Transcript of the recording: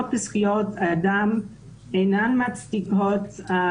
אם אנחנו לא נשנה את זה בחוק אין טעם להגיד לאישה לעשות את זה